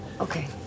Okay